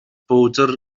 bowdr